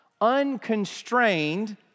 Unconstrained